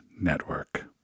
Network